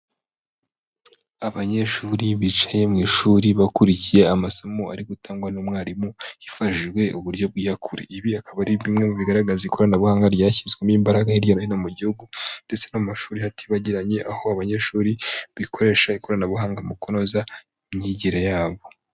Abanyeshuri bicaye mu ishuri bakurikiye amasomo ari gutangwa n'umwarimu hifashijwe uburyo bw'iyakure, ibi akaba ari bimwe mu bigaragaza ikoranabuhanga ryashyizwemo imbaraga hirya no hino mu gihugu ndetse n'amashuri hatibagiranye aho abanyeshuri bikoresha ikoranabuhanga mu kunoza imyigire yabo.